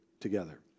together